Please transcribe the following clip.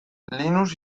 linus